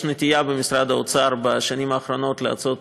יש נטייה במשרד האוצר בשנים האחרונות לעשות